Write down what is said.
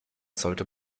sollte